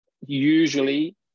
Usually